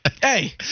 Hey